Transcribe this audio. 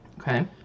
Okay